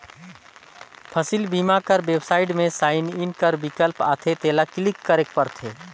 फसिल बीमा कर बेबसाइट में साइन इन कर बिकल्प आथे तेला क्लिक करेक परथे